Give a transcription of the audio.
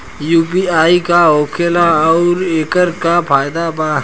UPI का होखेला आउर एकर का फायदा बा?